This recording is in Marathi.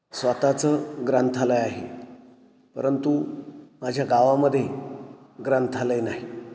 स्वतःचं ग्रंथालय आहे परंतु माझ्या गावामध्ये ग्रंथालय नाही